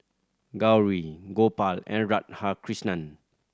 Gauri Gopal and Radhakrishnan